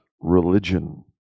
religion